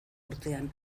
urtean